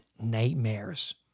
nightmares